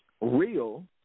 real